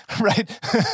right